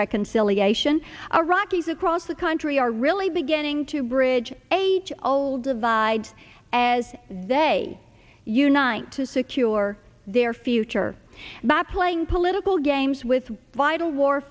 reconciliation a rockies across the country are really beginning to bridge age old divide as day unite to secure their future by playing political games with vital war